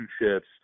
relationships